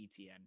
etn